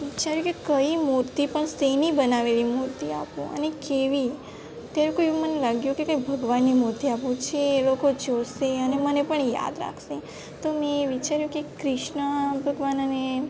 વિચાર્યું કે કઈ મૂર્તિ પણ શેની બનાવેલી મૂર્તિ આપું અને કેવી તેવી કોઈ મને લાગ્યું કે કંઈ ભગવાનની મૂર્તિ આપું જે એ લોકો જોશે અને મને પણ યાદ રાખશે તો મેં એ વિચાર્યું કે ક્રિષ્ન ભગવાન અને